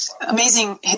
amazing